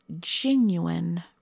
genuine